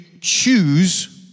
choose